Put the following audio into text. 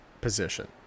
position